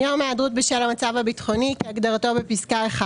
"יום היעדרות בשל המצב הביטחוני" כהגדרתו בפסקה (1),